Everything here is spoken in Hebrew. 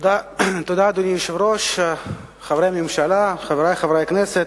אדוני היושב-ראש, חברי הממשלה, חברי חברי הכנסת,